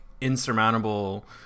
insurmountable